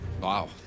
Wow